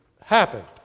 happen